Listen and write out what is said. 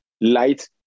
light